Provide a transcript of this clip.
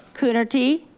coonerty?